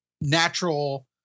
natural